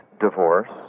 divorce